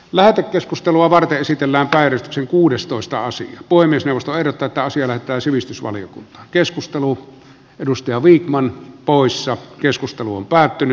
lähetekeskustelua varten esitellään taide sen kuudestoista asy puhemiesneuvosto ehdotetaan syömättä sivistysvaliokunta keskustelu edustaja vikman poissa keskustelu on päättynyt